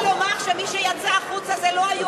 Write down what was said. אני מנסה לומר שמי שיצא החוצה זה לא היו